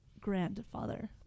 grandfather